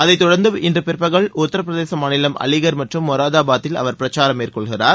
அதை தொடர்நது இன்று பிற்பகல் உத்தரப்பிரதேசம் மாநிலம் அலிகர் மற்றும் மொராதபாத்தில் அவர் பிரச்சாரம் மேற்கொள்கிறார்